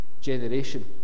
generation